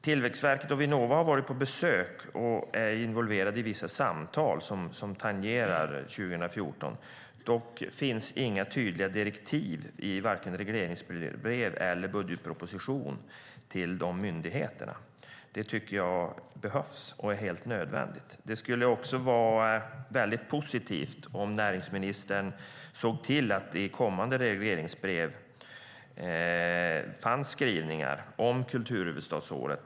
Tillväxtverket och Vinnova har varit på besök och är involverade i vissa samtal som tangerar kulturhuvudstadsåret 2014. Dock finns inga tydliga direktiv till de myndigheterna i vare sig regleringsbrev eller budgetproposition. Det tycker jag behövs och är helt nödvändigt. Det skulle också vara väldigt positivt om näringsministern såg till att det i kommande regleringsbrev för Tillväxtverket och Vinnova fanns skrivningar om kulturhuvudstadsåret.